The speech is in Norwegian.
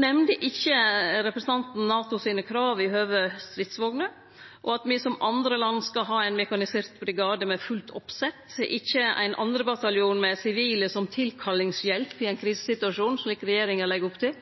nemnde ikkje NATO sine krav i høve stridsvogner, og at me, som andre land, skal ha ein mekanisert brigade med fullt oppsett, ikkje ein 2. bataljon med sivil tilkallingshjelp i ein krisesituasjon, slik regjeringa legg opp til.